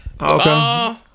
Okay